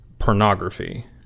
Pornography